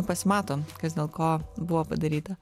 pasimato kas dėl ko buvo padaryta